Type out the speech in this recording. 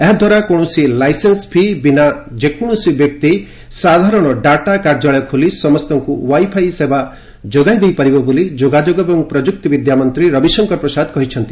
ଏହାଦ୍ୱାରା କୌଣସି licence fee' ବିନା ଯେକୌଣସି ବ୍ୟକ୍ତି ସାଧାରଣ ଡାଟା କାର୍ଯ୍ୟାଳୟ ଖୋଲି ସମସ୍ତଙ୍କୁ ୱାଇ ଫାଇ ସେବା ଯୋଗାଇ ଦେଇପାରିବେ ବୋଲି ଯୋଗାଯୋଗ ଏବଂ ପ୍ରଯୁକ୍ତି ବିଦ୍ୟା ମନ୍ତ୍ରୀ ରବିଶଙ୍କର ପ୍ରସାଦ କହିଛନ୍ତି